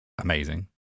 amazing